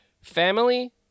family